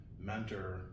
mentor